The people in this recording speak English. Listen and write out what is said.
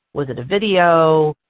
was it a video?